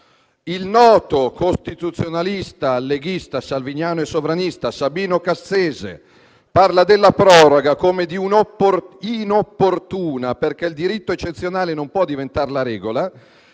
il noto costituzionalista, leghista, salviniano e sovranista, Sabino Cassese definisce la proroga come inopportuna, perché il diritto eccezionale non può diventare la regola